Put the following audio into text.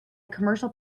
commercial